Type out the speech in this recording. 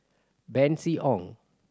Bernice Ong